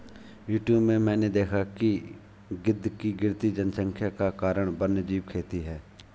YouTube में मैंने देखा है कि गिद्ध की गिरती जनसंख्या का कारण वन्यजीव खेती है